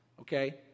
okay